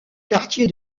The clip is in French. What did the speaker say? quartier